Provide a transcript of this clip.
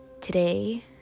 today